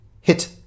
hit